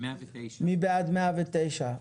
109. מי בעד סעיף 109?